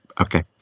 okay